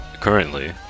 currently